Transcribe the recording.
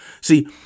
See